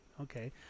okay